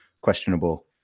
questionable